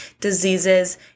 diseases